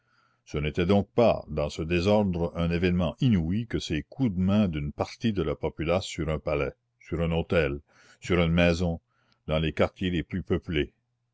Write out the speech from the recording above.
ce n'était donc pas dans ce désordre un événement inouï que ces coups de main d'une partie de la populace sur un palais sur un hôtel sur une maison dans les quartiers les plus peuplés